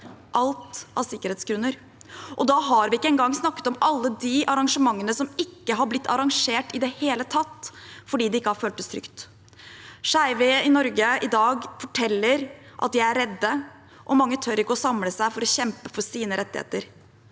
alt av sikkerhetsgrunner. Da har vi ikke engang snakket om alle de arrangementene som ikke har blitt arrangert i det hele tatt, fordi det ikke har føltes trygt. Skeive i Norge i dag forteller at de er redde, og mange tør ikke å samle seg for å kjempe for sine rettigheter.